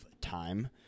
time